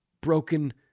broken